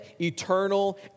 eternal